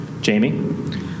Jamie